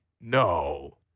No